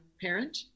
parent